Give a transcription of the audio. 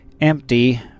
empty